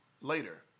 later